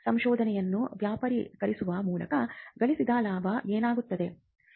ಸಂಶೋಧನೆಯನ್ನು ವ್ಯಾಪಾರೀಕರಿಸುವ ಮೂಲಕ ಗಳಿಸಿದ ಲಾಭ ಏನಾಗುತ್ತದೆ